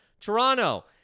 Toronto